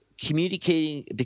Communicating